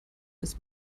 ist